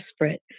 desperate